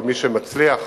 למי שמצליח,